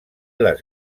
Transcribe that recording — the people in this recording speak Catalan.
les